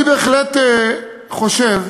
אני בהחלט חושב